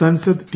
Sansad T